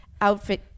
outfit